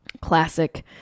classic